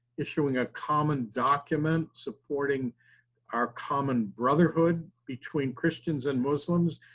issuing a common document, supporting our common brotherhood between christians and muslims.